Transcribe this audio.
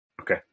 Okay